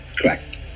Correct